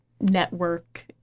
network